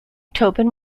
tobin